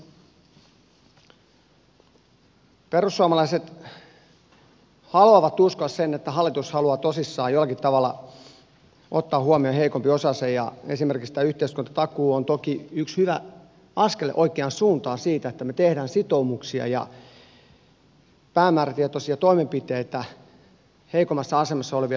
perussuomalaiset haluavat uskoa sen että hallitus haluaa tosissaan jollakin tavalla ottaa huomioon heikompiosaisen ja esimerkiksi tämä yhteiskuntatakuu on toki yksi hyvä askel oikeaan suuntaan siinä että me teemme sitoumuksia ja päämäärätietoisia toimenpiteitä heikommassa asemassa olevien hyväksi